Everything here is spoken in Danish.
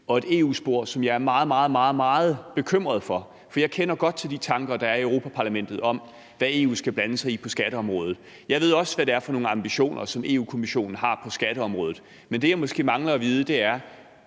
– et EU-spor, som jeg er meget, meget bekymret for. For jeg kender godt til de tanker, der er i Europa-Parlamentet, om, hvad EU skal blande sig i på skatteområdet. Jeg ved også, hvad det er for nogle ambitioner, som Europa-Kommissionen har på skatteområdet. Men det, jeg måske mangler at vide, er,